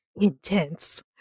Intense